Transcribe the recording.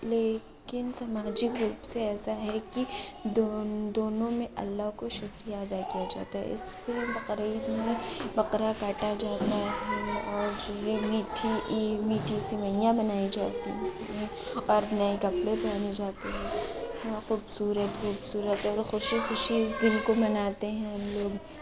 لیکن سماجک روپ سے ایسا ہے کہ دون دونوں میں اللہ کو شکریہ ادا کیا جاتا ہے اس پہ بقرعید میں بکرہ کاٹا جاتا ہے اور یہ میٹھی عید میٹھی سوئیاں بنائی جاتی ہیں اور نئے کپڑے پہنے جاتے ہیں ہاں خوبصورت خوبصورت اور خوشی خوشی اس دن کو مناتے ہیں ہم لوگ